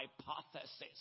hypothesis